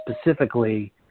specifically